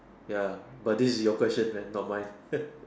ya but this is your question man not mine